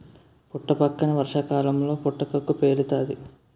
పుట్టపక్కన వర్షాకాలంలో పుటకక్కు పేలుతాది